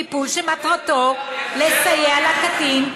טיפול שמטרתו לסייע לקטין,